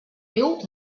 viu